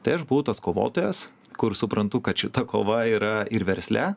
tai aš buvau tas kovotojas kur suprantu kad šita kova yra ir versle